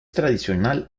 tradicional